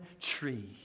tree